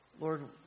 Lord